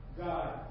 God